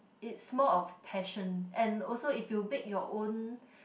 it's more of passion and also if you bake your own